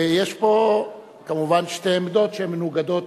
יש פה, כמובן, שתי עמדות שהן מנוגדות,